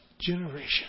generation